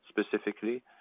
specifically